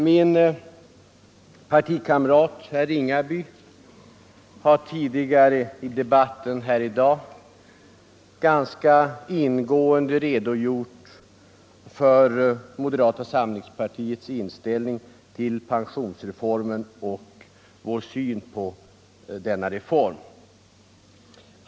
Min partikamrat herr Ringaby har tidigare i debatten i dag ganska ingående redogjort för moderata samlingspartiets inställning till pensionsreformen och vår syn på denna reform.